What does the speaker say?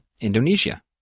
Indonesia